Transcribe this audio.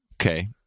Okay